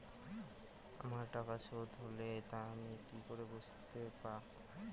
আমার টাকা শোধ হলে তা আমি কি করে বুঝতে পা?